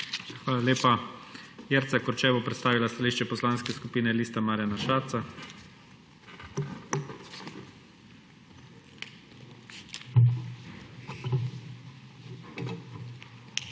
Hvala lepa. Jerca Korče bo predstavila stališče Poslanske skupine Liste Marjana Šarca. JERCA KORČE